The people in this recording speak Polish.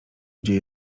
dzieje